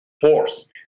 force